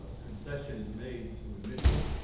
concession is made to admission.